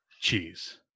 Cheese